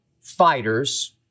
fighters